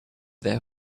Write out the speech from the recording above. their